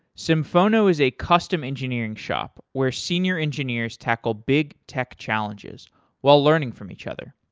symphono is a custom engineering shop where senior engineers tackle big tech challenges while learning from each other.